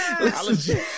Listen